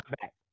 back